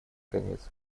конец